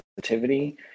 sensitivity